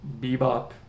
bebop